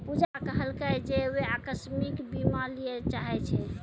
पूजा कहलकै जे वैं अकास्मिक बीमा लिये चाहै छै